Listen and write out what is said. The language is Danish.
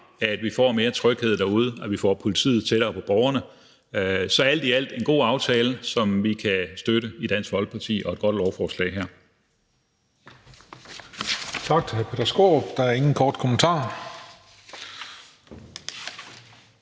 at vi får mere tryghed derude, og at vi får politiet tættere på borgerne. Så alt i alt er det en god aftale, som vi kan støtte i Dansk Folkeparti, og det er også et godt lovforslag her.